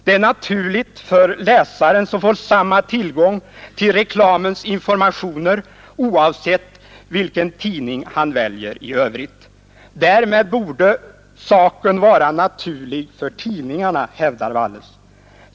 Det är naturligt för läsaren, som får samma tillgång till reklamens informationer oavsett vilken tidning han väljer. Därmed borde saken vara naturlig för tidningarna, hävdar Walles.